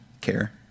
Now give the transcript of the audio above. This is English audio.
care